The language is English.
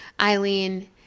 Eileen